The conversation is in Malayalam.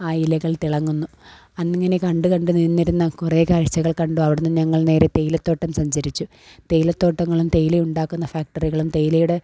ആയിലകൾ തിളങ്ങുന്നു അന്നിങ്ങനെ കണ്ട് കണ്ട് നിന്നിരുന്ന കുറേ കാഴ്ചകൾ കണ്ടു അവിടുന്ന് ഞങ്ങൾ നേരെ തേയിലത്തോട്ടം സഞ്ചരിച്ചു തേയിലത്തോട്ടങ്ങളും തേയില ഉണ്ടാക്കുന്ന ഫാക്ടറികളും തേയിലയുടെ